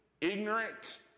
ignorant